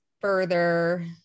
further